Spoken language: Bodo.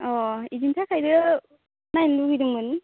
औ इदिनि थाखायनो नायनो लुगैदोंमोन